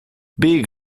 big